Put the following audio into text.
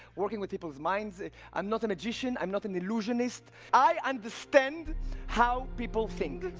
working with people's minds i'm not a magician, i'm not an illusionist i understand how people think.